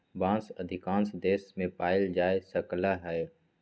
बांस अधिकांश देश मे पाएल जा सकलई ह